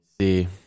see